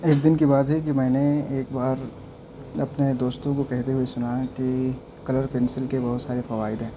ایک دن کی بات ہے کہ میں نے ایک بار اپنے دوستوں کو کہتے ہوئے سنا ہے کہ کلر پینسل کے بہت سارے فوائد ہیں